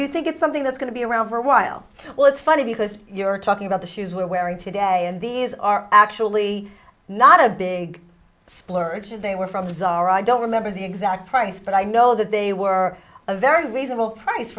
you think it's something that's going to be around for a while well it's funny because you're talking about the shoes were wearing today and these are actually not a big splurge and they were from designer i don't remember the exact price but i know that they were a very reasonable price